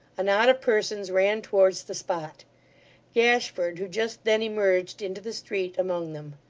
a knot of persons ran towards the spot gashford, who just then emerged into the street, among them.